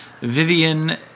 Vivian